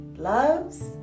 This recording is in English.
loves